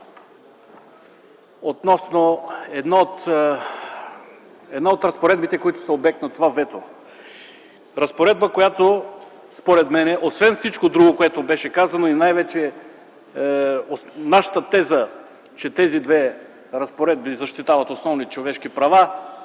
относно една от разпоредбите, които са обект на това вето - разпоредба, която според мен, освен всичко друго, което беше казано, и най-вече нашата теза, че тези две разпоредби защитават основни човешки права